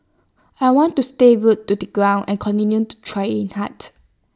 I want to stay rooted to the ground and continue to train hard